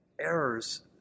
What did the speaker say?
errors